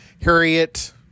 Harriet